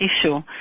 issue